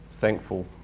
thankful